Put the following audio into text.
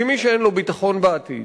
כי מי שאין לו ביטחון בעתיד,